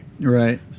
Right